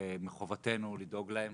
ומחובתנו לדאוג להם.